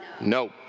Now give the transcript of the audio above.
No